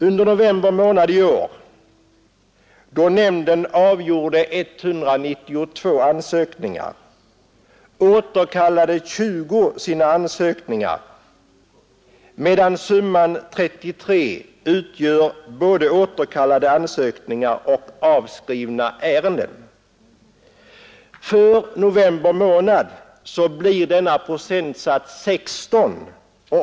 Under november månad i år då nämnden avgjorde 192 ansökningar återkallade 20 personer sina ansökningar, medan summan 33 utgör både återkallade ansökningar och avskrivna ärenden. För november månad blir denna procentsats 16.